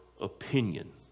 opinion